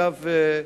אגב: